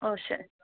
अशें